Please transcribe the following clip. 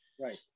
Right